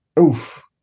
Oof